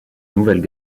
nouvelles